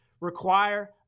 require